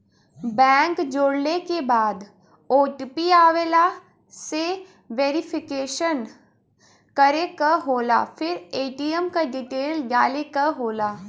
bank जोड़ले के बाद ओ.टी.पी आवेला से वेरिफिकेशन करे क होला फिर ए.टी.एम क डिटेल डाले क होला